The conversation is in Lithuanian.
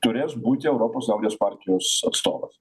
turės būti europos liaudies partijos atstovas